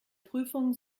prüfung